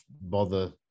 bother